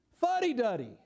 fuddy-duddy